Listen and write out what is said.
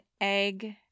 egg